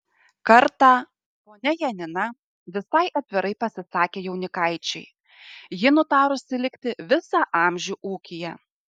kartą ponia janina visai atvirai pasisakė jaunikaičiui ji nutarusi likti visą amžių ūkyje